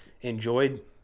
enjoyed